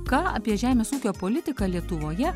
ką apie žemės ūkio politiką lietuvoje